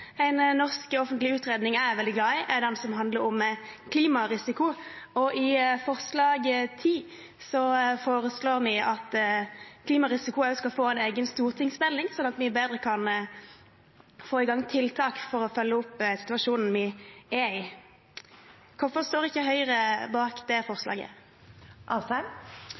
En NOU som jeg er veldig glad i, er den som handler om klimarisiko, og i forslag nr. 10 foreslår vi at klimarisiko også skal få en egen stortingsmelding, sånn at vi bedre kan få i gang tiltak for å følge opp situasjonen vi er i. Hvorfor står ikke Høyre bak det forslaget?